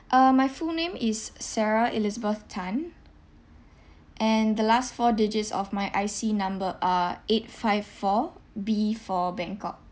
uh my full name is sarah elizabeth tan and the last four digits of my I_C number uh eight five four B for bangkok